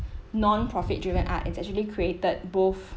non profit driven art it's actually created both